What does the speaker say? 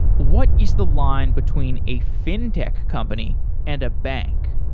what is the line between a fin tech company and a bank?